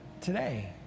today